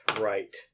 right